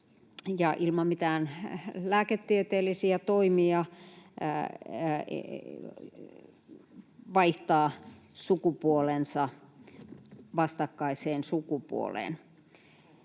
ilman mitään lääketieteellisiä toimia vaihtaa sukupuolensa vastakkaiseen sukupuoleen.